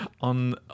on